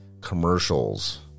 commercials